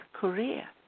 Korea